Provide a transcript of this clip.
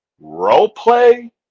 role-play